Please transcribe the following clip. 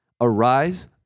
arise